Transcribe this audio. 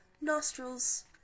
nostrils